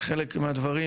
חלק מהדברים